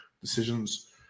decisions